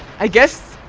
i guess